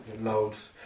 Loads